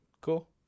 Cool